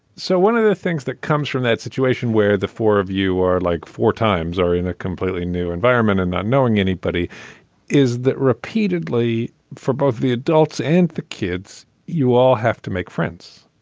so one of the things that comes from that situation where the four of you are like four times are in a completely new environment and not knowing anybody is that repeatedly for both the adults and the kids. you all have to make friends.